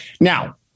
Now